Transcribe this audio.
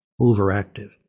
overactive